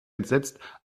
entsetzt